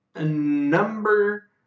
number